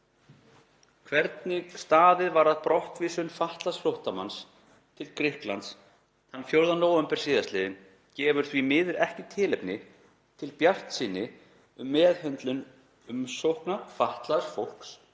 Hvernig staðið var að brottvísun fatlaðs flóttamanns til Grikklands þann 4. nóvember sl. gefur því miður ekki tilefni til bjartsýni um að meðhöndlun umsókna fatlaðs fólks